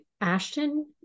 Ashton